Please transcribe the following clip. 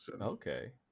Okay